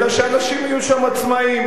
אלא שהאנשים יהיו שם עצמאים.